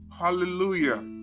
hallelujah